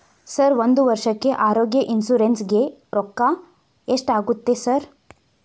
Sir ಒಂದು ವರ್ಷಕ್ಕೆ ಆರೋಗ್ಯ ಇನ್ಶೂರೆನ್ಸ್ ಗೇ ರೊಕ್ಕಾ ಎಷ್ಟಾಗುತ್ತೆ ಸರ್?